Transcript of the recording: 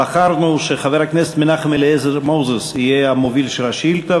ובחרנו שחבר הכנסת מנחם אליעזר מוזס יהיה המוביל של השאילתה,